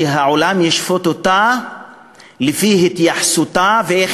שהעולם ישפוט אותה לפי התייחסותה ולפי